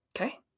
Okay